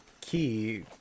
key